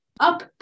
up